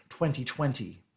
2020